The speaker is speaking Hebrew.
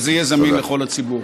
וזה יהיה זמין לכל הציבור.